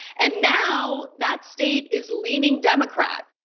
and now that state is leaning democrat.